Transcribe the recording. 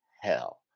hell